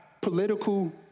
political